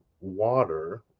water